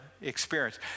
experience